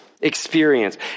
Experience